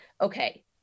okay